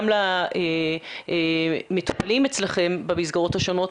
גם למטפלים אצלכם במסגרות השונות,